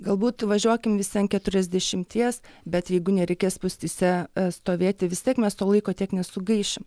galbūt važiuokim visi ant keturiasdešimties bet jeigu nereikės spūstyse stovėti vis tiek mes to laiko tiek nesugaišim